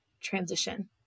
transition